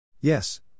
Yes